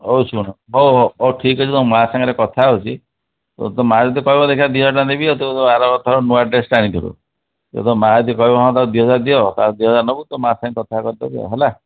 ହଉ ଶୁଣୁ ହଉ ହଉ ହଉ ଠିକ୍ ଅଛି ତୋ ମା' ସାଙ୍ଗରେ କଥା ହେଉଛି ତୋ ମା' ଯଦି କହିବ ଦେଖିବି ଦୁଇ ହଜାର ଟଙ୍କା ଦେବି ତୁ ଆର ଥର ନୂଆ ଡ୍ରେସ୍ଟେ ଆଣିଥିଲୁ ଯଦି ତୋ ମା ଯଦି କହିବ ହଁ ତାକୁ ଦୁଇ ହଜାର ଟଙ୍କା ଦିଅ ତା'ହେଲେ ଦୁଇ ହଜାର ଟଙ୍କା ନେବୁ ତୋ ମା ସାଙ୍ଗେ କଥା କରିଦେବି ହେଲା